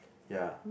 ya